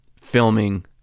filming